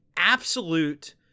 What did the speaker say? absolute